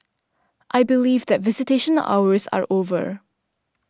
I believe that visitation hours are over